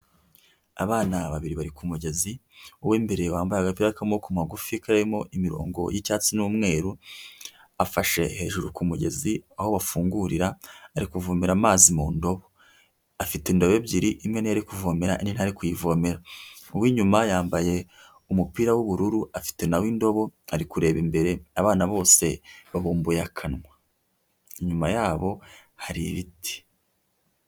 Abana babiri bari ku kumugezi w'imbere bambaye agapi y'amabokoko magufi karimo imirongo y'icyatsi n'umweru, afashe hejuru ku mugezi aho bafungurira ari kuvomera amazi mu ndobo afite indaba ebyiri; imwe nari rimwe kuvomera'tare kuyivomera uw'inyuma yambaye umupira w'ubururu afite na indobo ari kureba imbere abana bose babumbuye akanwa inyuma yabo hari ibiti.